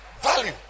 Value